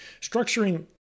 structuring